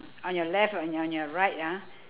on your left and on your right ah